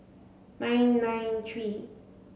nine nine three